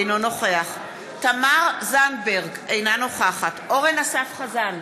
אינו נוכח תמר זנדברג, אינה נוכחת אורן אסף חזן,